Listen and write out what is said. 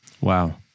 Wow